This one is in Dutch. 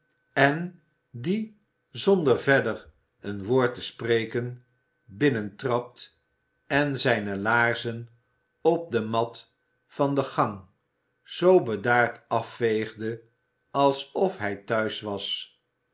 en die zonder verder een woord te spreken binnentrad en zijne laarzen op de mat van de gang zoo bedaard afveegde alsof hij thuis was